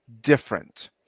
different